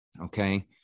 okay